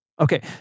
Okay